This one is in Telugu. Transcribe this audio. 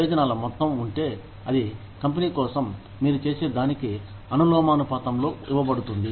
ప్రయోజనాల మొత్తం ఉంటే అది కంపెనీ కోసం మీరు చేసే దానికి అనులోమానుపాతంలో ఇవ్వబడుతుంది